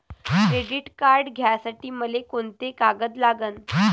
Credit card घ्यासाठी मले कोंते कागद लागन?